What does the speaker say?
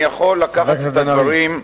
אני יכול לקחת את הדברים,